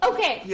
Okay